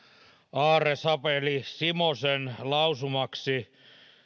aarre sapeli simosen lausumaksi